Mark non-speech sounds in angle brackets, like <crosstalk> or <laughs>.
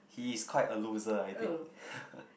he is quite a loser I think <laughs>